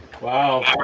Wow